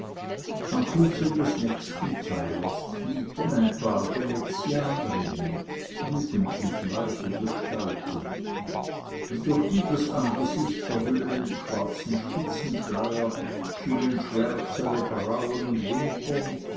am fuße des nächsten pfeilers knieten ein paar venezianerinnen jugendlich weiche gestalten durch die das angesicht verhüllenden schwarzen spitzenschleier schienen schwärzere brauen und wimpern